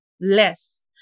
less